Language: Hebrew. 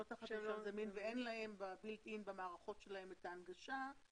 תחת ממשל זמין ואין להם מובנה במערכות שלהם את ההנגשה,